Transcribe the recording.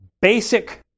basic